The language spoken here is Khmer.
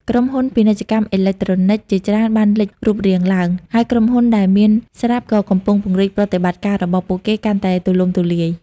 ក្រុមហ៊ុន ពាណិជ្ជកម្មអេឡិចត្រូនិក ជាច្រើនបានលេចរូបរាងឡើង ហើយក្រុមហ៊ុនដែលមានស្រាប់ក៏កំពុងពង្រីកប្រតិបត្តិការរបស់ពួកគេកាន់តែទូលំទូលាយ។